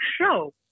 show